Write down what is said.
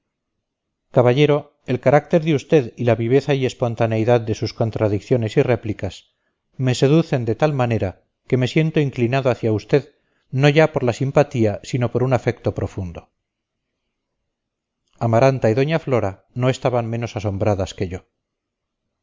caballero el carácter de usted y la viveza y espontaneidad de sus contradicciones y réplicas me seducen de tal manera que me siento inclinado hacia usted no ya por la simpatía sino por un afecto profundo amaranta y doña flora no estaban menos asombradas que yo